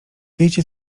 wiecie